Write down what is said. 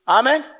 Amen